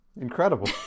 Incredible